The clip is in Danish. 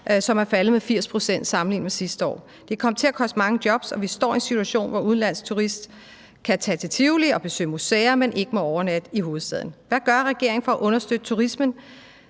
som er faldet med 80 pct. sammenlignet med sidste år. Det kommer til at koste mange jobs, og vi står i en situation, hvor udenlandske turister kan tage i Tivoli og besøge museer, men ikke må overnatte i hovedstaden. Hvad gør regeringen for at understøtte turismen,